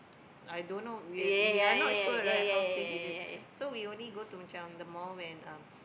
I don't know we are we are not sure right how safe is it so we only go to macam the mall when um